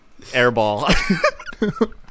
Airball